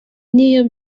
niyo